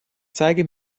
zeige